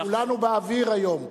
כולנו באוויר היום.